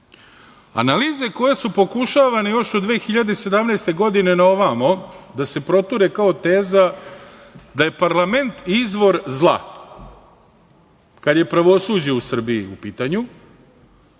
neće. Analize koje su pokušavane još od 2017. godine na ovamo da se proture kao teza da je parlament izvor zla kad je pravosuđe u Srbiji u pitanju,